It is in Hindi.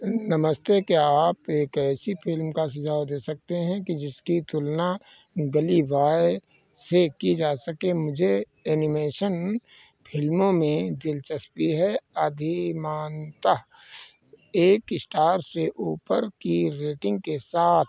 नमस्ते क्या आप एक ऐसी फ़िल्म का सुझाव दे सकते हैं कि जिसकी तुलना गली बॉय से की जा सके मुझे एनिमेशन फ़िल्मों में दिलचस्पी है अधिमानतह एक स्टार से ऊपर की रेटिंग के साथ